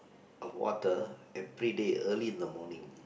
of water everyday early in the morning